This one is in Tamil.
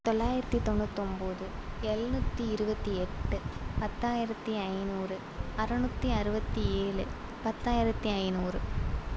தொள்ளாயிரத்து தொண்ணூத்தொம்பது எழுநூற்றி இருபத்தி எட்டு பத்தாயிரத்து ஐநூறு அறநூற்றி அறுபத்தி ஏழு பத்தாயிரத்து ஐநூறு